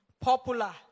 popular